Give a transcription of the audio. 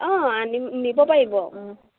অঁ আনি নিব পাৰিব